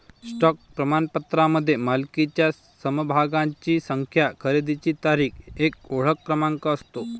stock प्रमाणपत्रामध्ये मालकीच्या समभागांची संख्या, खरेदीची तारीख, एक ओळख क्रमांक असतो